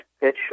pitch